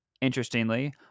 Interestingly